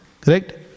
Correct